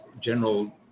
general